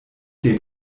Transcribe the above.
dem